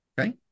Okay